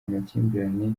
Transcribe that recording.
amakimbirane